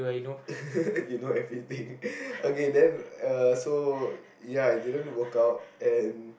you know everything okay then uh so ya it didn't work out and